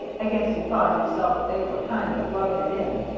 i guess he thought himself they were kind of rubbing it in.